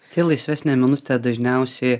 tai laisvesnę minutę dažniausiai